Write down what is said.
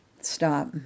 stop